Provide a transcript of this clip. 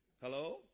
Hello